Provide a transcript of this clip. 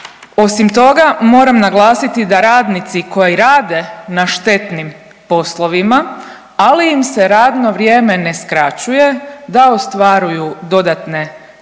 Osim toga moram naglasiti da radnici koji rade na štetnim poslovima, ali im se radno vrijeme ne skraćuje, da ostvaruju dodatne dane